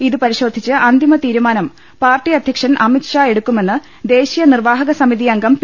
ഇത് പരിശോധിച്ച് അന്തിമ തീരുമാനം പാർട്ടി അധ്യക്ഷൻ അമിത്ഷാ എടുക്കുമെന്ന് ദേശീയ നിർവാഹക സമിതി അംഗം പി